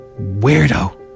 Weirdo